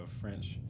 French